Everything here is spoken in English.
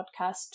podcast